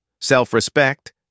Self-respect